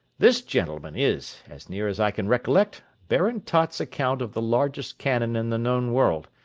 this, gentlemen, is, as near as i can recollect, baron tott's account of the largest cannon in the known world.